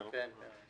כן.